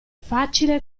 facile